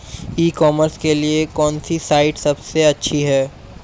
ई commerce के लिए कौनसी साइट सबसे अच्छी है?